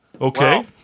Okay